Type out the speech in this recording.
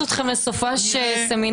המון תודה לכולם על העבודה המאומצת של כולם.